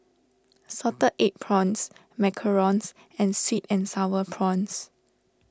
Salted Egg Prawns Macarons and Sweet and Sour Prawns